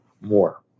more